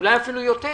אולי אפילו יותר.